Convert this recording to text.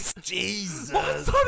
Jesus